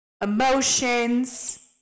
emotions